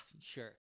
Sure